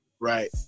Right